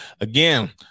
Again